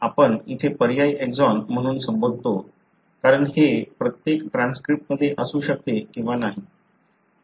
आपण येथे पर्यायी एक्सॉन म्हणून संबोधतो कारण हे प्रत्येक ट्रान्सक्रिप्टमध्ये असू शकते किंवा नाही